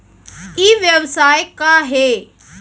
ई व्यवसाय का हे?